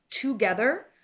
together